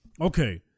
okay